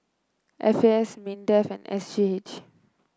F A S Mindefand S J H